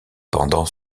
pendant